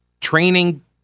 training